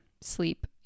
sleep